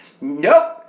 Nope